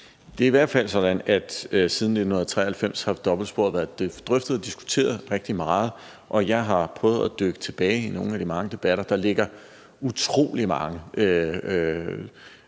Det er i hvert fald sådan, at dobbeltsporet siden 1993 har været drøftet og diskuteret rigtig meget. Jeg har prøvet at dykke tilbage i nogle af de mange debatter – der ligger utrolig mange